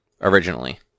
originally